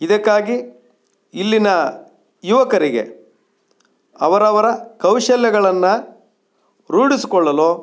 ಇದಕ್ಕಾಗಿ ಇಲ್ಲಿನ ಯುವಕರಿಗೆ ಅವರವರ ಕೌಶಲ್ಯಗಳನ್ನು ರೂಢಿಸಿಕೊಳ್ಳಲು